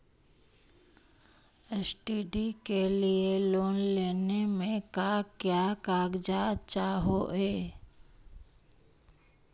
Study के लिये loan लेने मे का क्या कागजात चहोये?